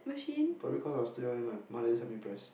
probably cause I was too young then my mother just help me press